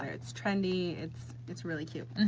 but it's trendy, it's it's really cute,